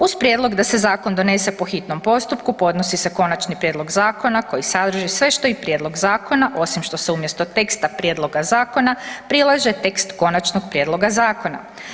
Uz prijedlog da se zakon donese po hitnom postupku podnosi se konačni prijedlog zakona koji sadrži sve što i prijedlog zakona osim što se umjesto teksta prilaže tekst konačnog prijedloga zakona.